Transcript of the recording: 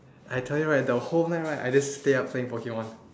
I tell you right the whole night right I just stay up playing Pokemon